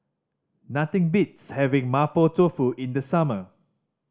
nothing beats having Mapo Tofu in the summer